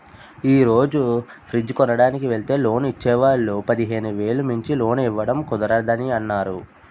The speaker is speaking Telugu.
ఈ రోజు ఫ్రిడ్జ్ కొనడానికి వెల్తే లోన్ ఇచ్చే వాళ్ళు పదిహేను వేలు మించి లోన్ ఇవ్వడం కుదరదని అన్నారు